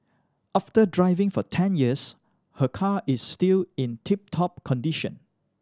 after driving for ten years her car is still in tip top condition